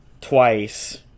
twice